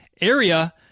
area